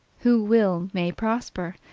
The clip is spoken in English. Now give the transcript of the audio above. who will may prosper,